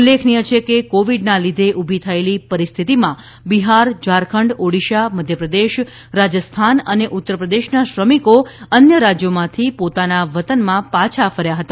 ઉલ્લેખનીય છે કે કોવિડના લીધે ઊભી થયેલી પરિસ્થિતિમાં બિહાર ઝારખંડ ઓડીશા મધ્યપ્રદેશ રાજસ્થાન અને ઉત્તરપ્રદેશના શ્રમિકો અન્ય રાજ્યોમાંથી પોતાના વતનમાં પાછા ફર્યા હતા